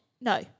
no